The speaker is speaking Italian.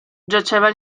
giaceva